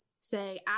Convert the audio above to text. say